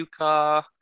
Yuka